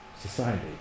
society